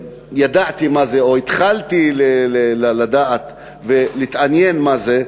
ידעתי מה זה או התחלתי לדעת ולהתעניין מה זה,